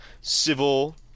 Civil